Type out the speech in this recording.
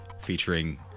Featuring